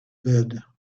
bed